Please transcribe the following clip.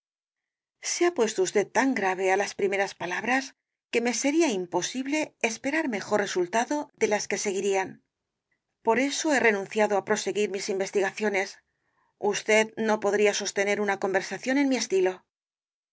se ha puesto usted tan grave á las primeras pa labras que me sería imposible esperar mejor resultado de las que se seguirían por eso he renunciado á proseguir mis investigaciones usted no podría sostener una conversación en mi estilo